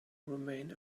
remain